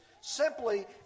simply